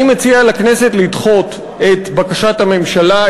אני מציע לכנסת לדחות את בקשת הממשלה,